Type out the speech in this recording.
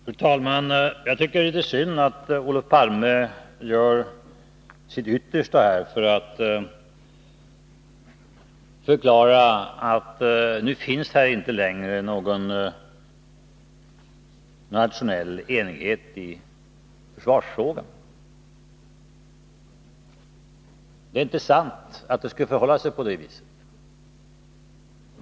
Fru talman! Jag tycker det är litet synd att Olof Palme här gör sitt yttersta för att förklara att det inte längre finns någon nationell enighet i försvarsfrågan. Det är inte sant, det förhåller sig inte så.